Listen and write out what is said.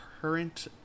current